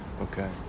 Okay